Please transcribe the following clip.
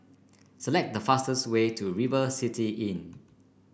select the fastest way to River City Inn